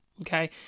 okay